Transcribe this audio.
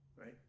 right